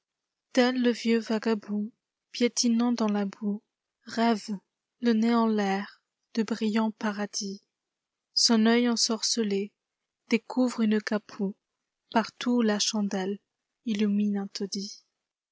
le vieux vagabond piétinant dans la boue rêve le nez en l'air de brillants paradis son œil ensorcelé découvre une capouepartout où la chandelle illumine